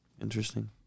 Interesting